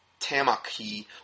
Tamaki